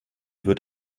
wird